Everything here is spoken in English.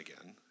again